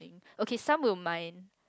okay some will mind